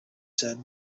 said